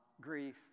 grief